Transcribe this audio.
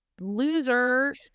Loser